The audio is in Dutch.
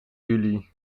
juli